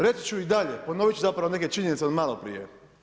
Reći ću i dalje, ponovit ću zapravo neke činjenice od maloprije.